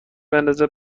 بندازه